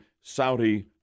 Saudi